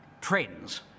trends